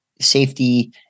safety